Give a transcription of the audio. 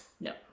No